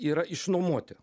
yra išnuomoti